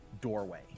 doorway